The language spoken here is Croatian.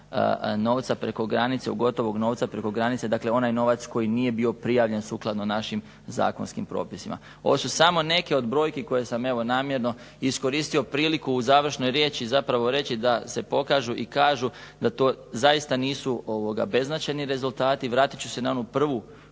novca preko granica, gotovog novca preko granice, dakle onaj novac koji nije bio prijavljen sukladno našim zakonskim propisima. Ovo su samo neke od brojki koje sam evo namjerno iskoristio priliku u završnoj riječi zapravo reći da se pokažu i kažu da to zaista nisu beznačajni rezultati. Vratit ću se na onu prvu